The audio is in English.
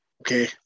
Okay